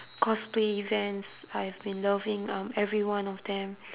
cosplay events I've been loving um every one of them